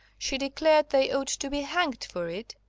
she declared they ought to be hanged for it.